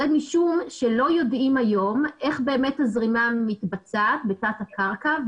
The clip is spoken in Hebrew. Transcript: זה משום שלא יודעים היום איך באמת הזרימה מתבצעת בתת הקרקע.